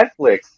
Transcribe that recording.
Netflix